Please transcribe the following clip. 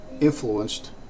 influenced